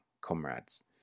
comrades